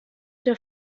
der